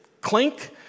clink